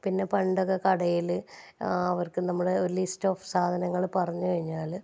പിന്നെ പണ്ടൊക്കെ കടയിൽ അവർക്ക് നമ്മുടെ ഒരു ലിസ്റ്റ് ഓഫ് സാധങ്ങൾ പറഞ്ഞു കഴിഞ്ഞാൽ